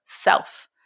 self